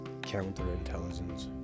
counterintelligence